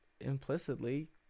implicitly